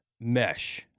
mesh